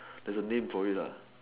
there's a name for it lah